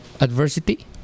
adversity